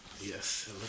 Yes